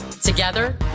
Together